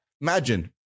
imagine